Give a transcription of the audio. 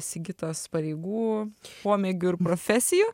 sigitos pareigų pomėgių ir profesijų